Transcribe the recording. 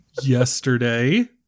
yesterday